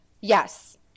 yes